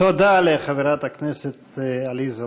תודה לחברת הכנסת עליזה לביא.